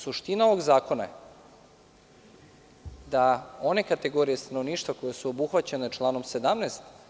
Suština ovog zakona je da one kategorije stanovništva koje su obuhvaćene članom 17.